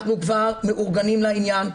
אנחנו כבר מאורגנים לעניין,